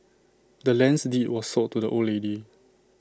the land's deed was sold to the old lady